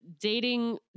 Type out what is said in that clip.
dating